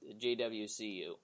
JWCU